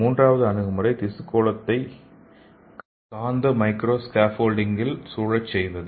மூன்றாவது அணுகுமுறை திசு கோளத்தை காந்த மைக்ரோ ஸ்கேப்போல்டில் சூழ செய்வது